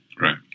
Right